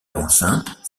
enceinte